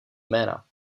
jména